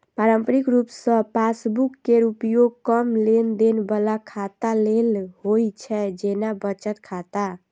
पारंपरिक रूप सं पासबुक केर उपयोग कम लेनदेन बला खाता लेल होइ छै, जेना बचत खाता